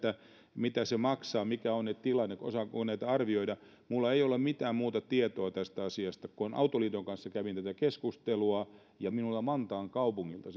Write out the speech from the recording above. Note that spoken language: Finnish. mitä se maksaa mikä on nyt tilanne osaanko näitä arvioida minulla ei ole mitään muuta tietoa tästä asiasta kuin että autoliiton kanssa kävin tätä keskustelua minulla on vantaan kaupungilta